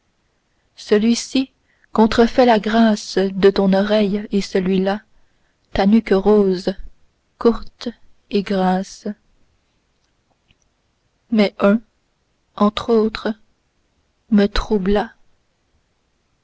celui-ci contrefait la grâce de ton oreille et celui-là ta nuque rose courte et grasse mais un entre autres me troubla